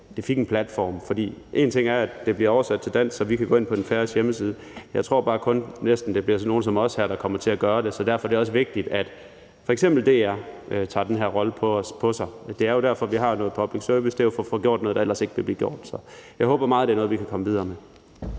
det fik en platform. For én ting er, at det bliver oversat til dansk, så vi kan gå ind på en færøsk hjemmeside, men jeg tror næsten bare, det kun bliver sådan nogle som os her, der kommer til at gøre det. Så derfor er det også vigtigt, at f.eks. DR tager den her rolle på sig, og det er jo derfor, vi har noget public service. Det er jo for at få gjort noget, der ellers ikke ville blive gjort. Så jeg håber meget, det er noget, vi kan komme videre med.